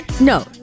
No